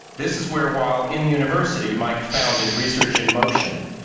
this is where, while in university, mike founded research in motion,